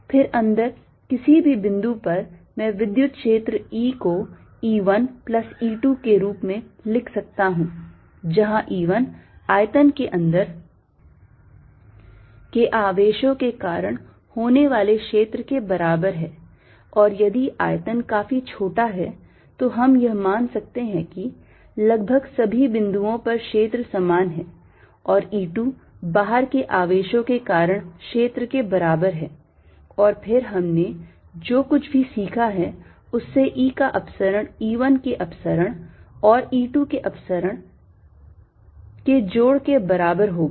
फिर अंदर किसी भी बिंदु पर मैं विद्युत क्षेत्र E को E1 plus E2 के रूप में लिख सकता हूं जहां E1 आयतन के अंदर के आवेशों के कारण होने वाले क्षेत्र के बराबर है और यदि आयतन काफी छोटा है तो हम यह मान सकते हैं कि लगभग सभी बिंदुओं पर क्षेत्र समान है और E2 बाहर के आवेशों के कारण क्षेत्र के बराबर है और फिर हमने जो कुछ भी सीखा है उससे E का अपसरण E1 के अपसरण और E2 के अपसरण के जोड़ के बराबर होगा